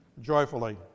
Joyfully